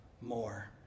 more